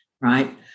Right